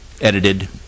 edited